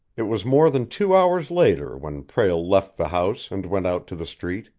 it was more than two hours later when prale left the house and went out to the street.